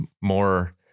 more